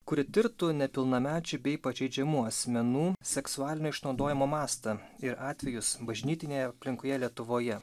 kuri tirtų nepilnamečių bei pažeidžiamų asmenų seksualinio išnaudojimo mastą ir atvejus bažnytinėje aplinkoje lietuvoje